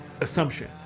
assumption